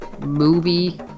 movie